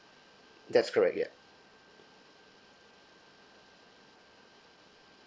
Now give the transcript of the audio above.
that's correct yup